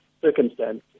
circumstance